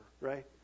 right